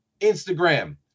Instagram